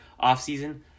offseason